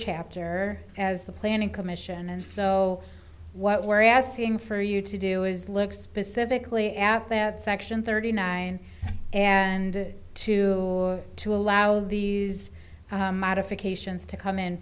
chapter as the planning commission and so what we're asking for you to do is look specifically at that section thirty nine and two to allow these modifications to come in